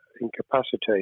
incapacitated